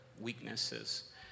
weaknesses